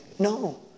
No